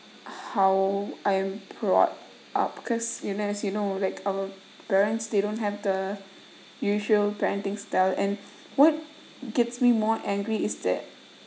how I am brought up cause enes you know like our parents they don't have the usual parenting style and what gets me more angry is that